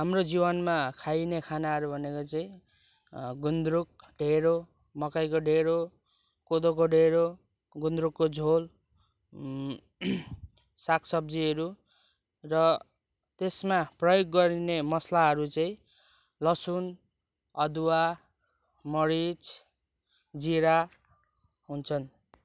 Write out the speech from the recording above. हाम्रो जीवनमा खाइने खानाहरू भनेको चाहिँ गुन्द्रुक ढेँडो मकैको ढेँडो कोदोको ढेँडो गुन्द्रुकको झोल साग सब्जीहरू र त्यसमा प्रयोग गरिने मसलाहरू चाहिँ लसुन अदुवा मरिच जिरा हुन्छन्